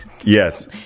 yes